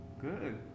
Good